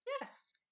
Yes